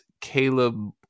Caleb